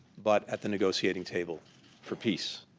but at the negotiating table for peace.